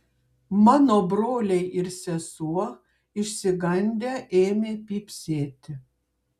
mano broliai ir sesuo išsigandę ėmė pypsėti